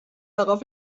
darauf